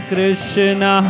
Krishna